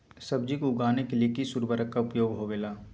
सब्जी को उगाने के लिए किस उर्वरक का उपयोग होबेला?